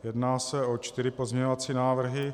Jedná se o čtyři pozměňovací návrhy.